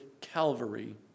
Calvary